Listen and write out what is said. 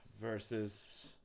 versus